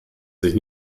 sich